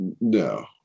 No